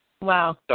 Wow